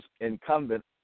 incumbent